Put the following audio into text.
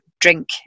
drink